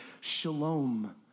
Shalom